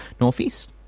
northeast